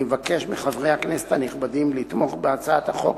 אני מבקש מחברי הכנסת הנכבדים לתמוך בהצעת החוק